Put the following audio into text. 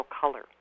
color